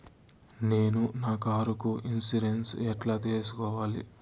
నేను నా కారుకు ఇన్సూరెన్సు ఎట్లా సేసుకోవాలి